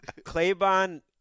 Claybon